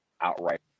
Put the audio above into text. outright